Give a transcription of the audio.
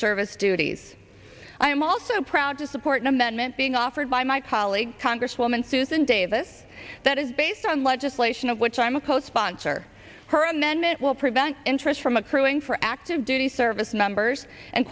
service duties i am also proud to support an amendment being offered by my colleague congresswoman susan davis that is based on legislation of which i am a co sponsor her amendment will prevent interest from accruing for active duty service members and